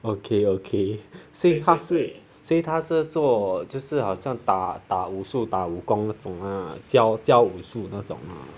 okay okay 所以他是所以他是做就是好像打打武术打武功那种啦教教武术那种啦